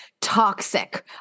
toxic